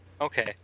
okay